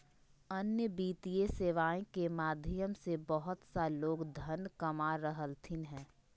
अन्य वित्तीय सेवाएं के माध्यम से बहुत सा लोग धन कमा रहलथिन हें